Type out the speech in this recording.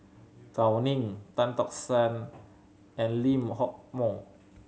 Gao Ning Tan Tock San and Lee Hock Moh